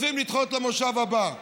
לדחות למושב הבא.